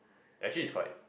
actually is quite